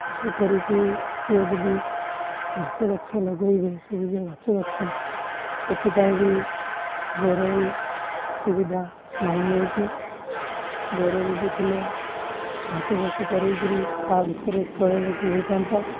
ଚାଷ କରିକି କିଏ ଯଦି ଘାସ ଗଛ ଲଗେଇବେ ସବୁଜ ଘାଛ ଗଛ ସେଥିପାଇଁ ବି ବୋରୱଏଲ୍ ସୁବିଧା ନାହିଁ ଏଇଠି ବୋରୱଏଲ୍ ବି ଥିଲେ ଘାଛ ଚାଷ କରେଇକିରି ତା ଭିତରେ ଚରେଇବାକୁ ହେଇଥାନ୍ତା